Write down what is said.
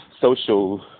social